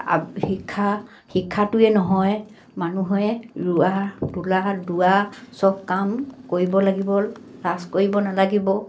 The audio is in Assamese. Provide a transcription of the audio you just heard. শিক্ষা শিক্ষাটোৱে নহয় মানুহে ৰোৱা তোলা দোৱা চব কাম কৰিব লাগিব লাজ কৰিব নালাগিব